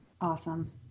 awesome